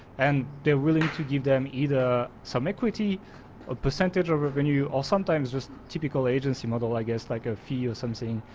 and they're willing to give them either some equity or percentage of revenue, or sometimes just typical agency model, i guess, like a fee or something.